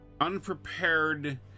unprepared